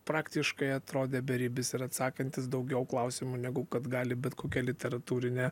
praktiškai atrodė beribis ir atsakantis daugiau klausimų negu kad gali bet kokia literatūrinė